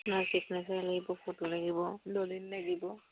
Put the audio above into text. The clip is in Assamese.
আপোনাৰ ছিগনেচাৰ লাগিব ফটো লাগিব দলিল লাগিব